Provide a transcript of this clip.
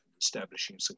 establishing